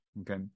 Okay